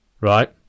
right